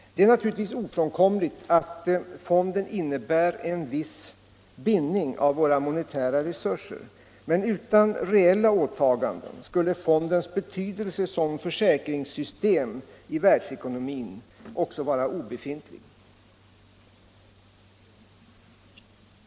Det är ofrånkomligt att fonden innebär en viss bindning av våra monetära resurser, men utan reella åtaganden skulle fondens betydelse som försäkringssystem i världsekonomin också vara obefintlig.